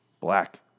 Black